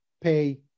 pay